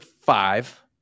five